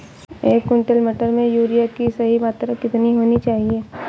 एक क्विंटल मटर में यूरिया की सही मात्रा कितनी होनी चाहिए?